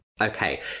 Okay